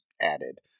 added